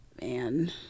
Man